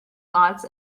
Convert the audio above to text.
lots